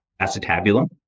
acetabulum